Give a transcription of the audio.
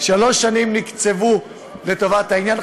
שלוש שנים נקצבו לטובת העניין.